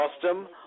custom